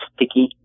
sticky